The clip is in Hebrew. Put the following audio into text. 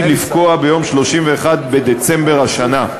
אשר נחקק כהוראת שעה ועתיד לפקוע ביום 31 בדצמבר השנה.